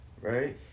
Right